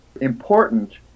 important